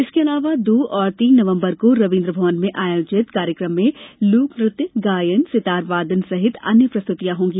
इसके अलावा दो और तीन नवम्बर को रवीन्द्र भवन में आयोजित कार्यक्रम में लोकनृत्य गायन सितारवादन सहित अन्य प्रस्तुतियां होंगी